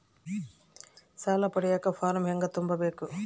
ಸಾಲ ಪಡಿಯಕ ಫಾರಂ ಹೆಂಗ ತುಂಬಬೇಕು?